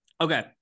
Okay